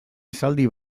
esaldi